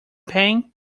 pain